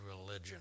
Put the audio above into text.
religion